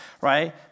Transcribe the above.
right